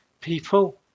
people